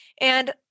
And-